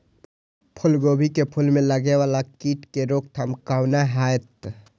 फुल गोभी के फुल में लागे वाला कीट के रोकथाम कौना हैत?